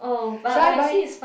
should I buy